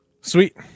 sweet